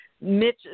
Mitch